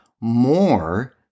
more